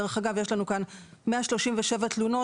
דרך אגב, יש לנו כאן 137 תלונות.